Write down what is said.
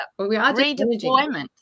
Redeployment